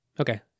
Okay